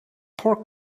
pork